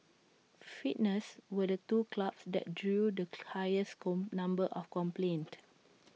fitness were the two clubs that drew the highest number of complaints